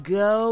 go